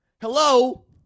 Hello